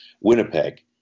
Winnipeg